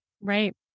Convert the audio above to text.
Right